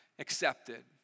accepted